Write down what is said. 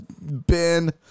Ben